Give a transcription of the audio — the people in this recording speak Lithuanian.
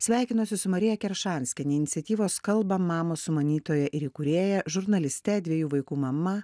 sveikinuosi su marija keršanskiene iniciatyvos kalba mamos sumanytoja ir įkūrėja žurnaliste dviejų vaikų mama